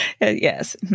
yes